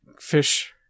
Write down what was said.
Fish